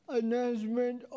announcement